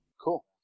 cool